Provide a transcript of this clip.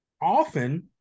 often